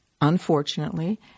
unfortunately